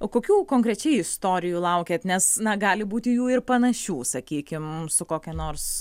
o kokių konkrečiai istorijų laukiat nes na gali būti jų ir panašių sakykim su kokia nors